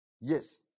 yes